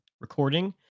recording